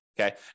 okay